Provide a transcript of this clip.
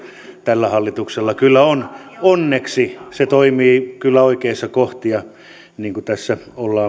tällä hallituksella kyllä on onneksi se toimii oikeassa kohtaa niin kuin tässä ollaan